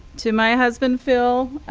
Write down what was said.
to my husband, phil,